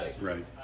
Right